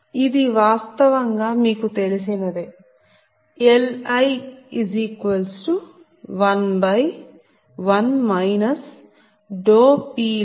ఇది వాస్తవంగా మీకు తెలిసినదే Li11 PLossPg0Pgi